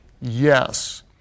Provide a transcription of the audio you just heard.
yes